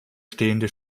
stehende